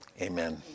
Amen